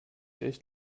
echt